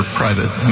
private